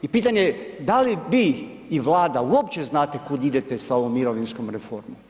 I pitanje je da li vi i Vlada uopće znate kuda idete sa ovom mirovinskom reformom?